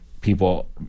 people